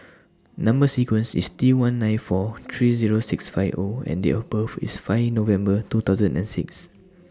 Number sequence IS T one nine four three Zero six five O and Date of birth IS five November two thousand and six